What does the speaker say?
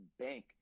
Bank